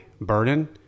burden